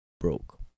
broke